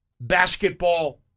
basketball